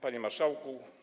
Panie Marszałku!